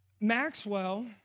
Maxwell